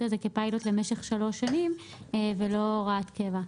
הזה כפיילוט למשך שלוש שנים ולא הוראת קבע,